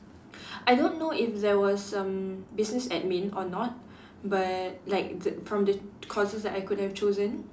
I don't know if there was um business admin or not but like the from the courses that I could have chosen